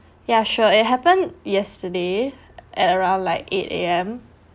ya sure it happen yesterday at around like eight A_M